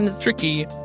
tricky